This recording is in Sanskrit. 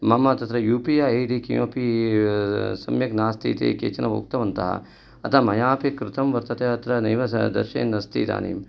मम तत्र यू पी ऐ इति किमपि सम्यक् नास्ति इति केचन उक्तवन्तः अतः मया अपि कृतं वर्तते अत्र नैव दर्शयन् अस्ति इदानीं